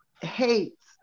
hates